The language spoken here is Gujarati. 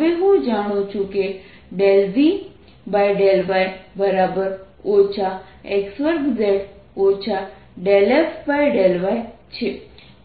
હવે હું જાણું છું કે ∂V∂y x2z ∂f∂y છે